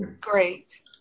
Great